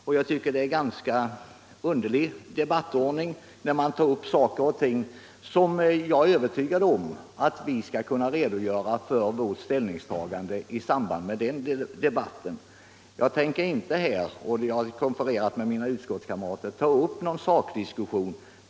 Och jag tycker det är en ganska underlig debattordning, när man tar upp ställningstaganden som vi säkert skall kunna redogöra för i den kommande debatten. Jag tänker inte här, och jag har konfererat med mina utskottskamrater, ta upp någon sakdiskussion.